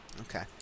Okay